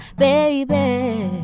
baby